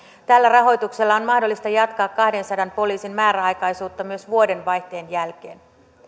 tällä rahoituksella on mahdollista jatkaa kahdensadan poliisin määräaikaisuutta myös vuodenvaihteen jälkeen